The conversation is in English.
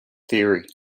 theory